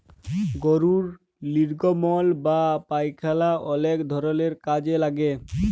গরুর লির্গমল বা পায়খালা অলেক ধরলের কাজে লাগে